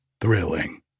thrilling